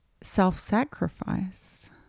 self-sacrifice